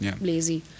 lazy